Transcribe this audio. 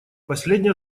последняя